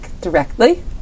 directly